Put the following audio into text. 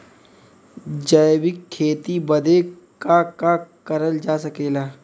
जैविक खेती बदे का का करल जा सकेला?